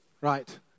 Right